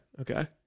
okay